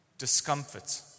discomfort